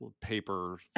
paper